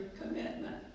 commitment